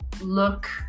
look